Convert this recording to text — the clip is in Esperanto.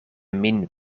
min